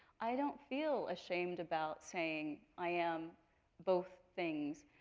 i don't feel ashamed about saying i am both things.